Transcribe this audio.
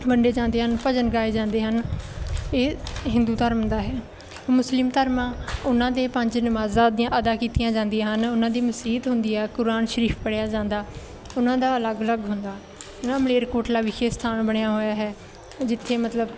ਵੰਡੇ ਜਾਂਦੇ ਹਨ ਭਜਨ ਗਾਏ ਜਾਂਦੇ ਹਨ ਇਹ ਹਿੰਦੂ ਧਰਮ ਦਾ ਹੈ ਮੁਸਲਿਮ ਧਰਮ ਆ ਉਹਨਾਂ ਦੇ ਪੰਜ ਨਮਾਜ਼ਾਂ ਦੀਆਂ ਅਦਾ ਕੀਤੀਆਂ ਜਾਂਦੀਆਂ ਹਨ ਉਹਨਾਂ ਦੀ ਮਸੀਤ ਹੁੰਦੀ ਹੈ ਕੁਰਾਨ ਸ਼ਰੀਫ ਪੜ੍ਹਿਆ ਜਾਂਦਾ ਉਹਨਾਂ ਦਾ ਅਲੱਗ ਅਲੱਗ ਹੁੰਦਾ ਜਿਹੜਾ ਮਲੇਰਕੋਟਲਾ ਵਿਖੇ ਸਥਾਨ ਬਣਿਆ ਹੋਇਆ ਹੈ ਜਿੱਥੇ ਮਤਲਬ